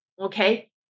Okay